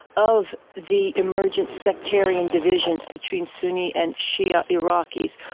of the emergent sectarian divisions between sunni and shia iraqis,